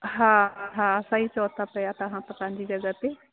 हा हा सही चओ ता पिया तव्हां त पंहिंजी जॻह ते